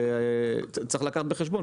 צריך לקחת בחשבון,